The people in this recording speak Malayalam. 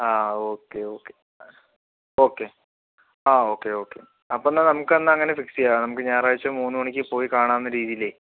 ആ ഓക്കെ ഓക്കേ ഓക്കെ ആ ഓക്കെ ഓക്കെ അപ്പോൾ എന്നാൽ നമുക്ക് എന്നാൽ അങ്ങനെ ഫിക്സ് ചെയ്യാം നമുക്ക് ഞായറാഴ്ച മൂന്നുമണിക്ക് പോയിക്കാണാവുന്ന രീതിയിലേ